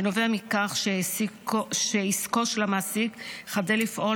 ונובע מכך שעסקו של המעסיק חדל לפעול